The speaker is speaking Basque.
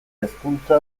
hezkuntza